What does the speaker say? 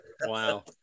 Wow